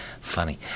funny